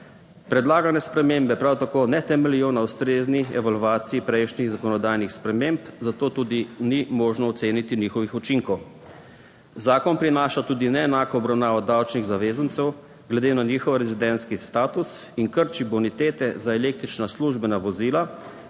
Predlagane spremembe prav tako ne temeljijo na ustrezni evalvaciji prejšnjih zakonodajnih sprememb, zato tudi ni možno oceniti njihovih učinkov. Zakon prinaša tudi neenako obravnavo davčnih zavezancev glede na njihov rezidentski status in krči bonitete za električna službena vozila,